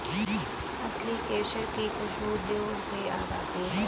असली केसर की खुशबू दूर से ही आ जाती है